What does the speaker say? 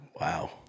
Wow